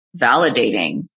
validating